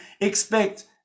expect